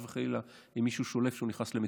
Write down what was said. חס וחלילה אם מישהו שולף משהו כשהוא נכנס למצוקה.